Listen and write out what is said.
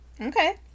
Okay